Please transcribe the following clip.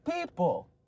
people